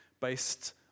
based